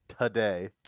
today